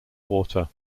water